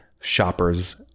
shoppers